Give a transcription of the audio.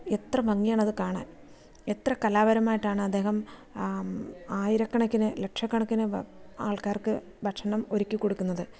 എത്ര ഭംഗിയാണത് കാണാൻ എത്ര കലാപരമായിട്ടാണ് അദ്ദേഹം ആയിര കണക്കിന് ലക്ഷക്കണക്കിന് ആൾക്കാർക്ക് ഭക്ഷണം ഒരുക്കി കൊടുക്കുന്നത്